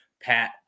Pat